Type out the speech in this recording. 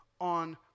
on